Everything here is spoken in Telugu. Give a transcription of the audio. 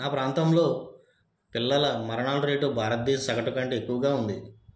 మా ప్రాంతంలో పిల్లల మరణాల రేట్ భారతదేశ సగటు కంటే ఎక్కువగా ఉంది